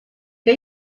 que